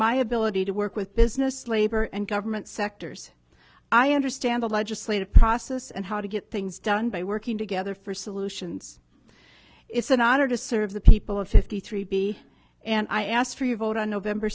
my ability to work with business labor and government sectors i understand the legislative process and how to get things done by working together for solutions it's an honor to serve the people of fifty three b and i ask for your vote on november